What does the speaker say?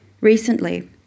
Recently